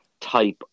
type